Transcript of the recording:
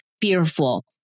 fearful